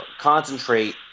concentrate